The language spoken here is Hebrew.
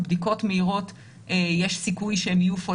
יש סיכוי שבדיקות מהירות יהיו False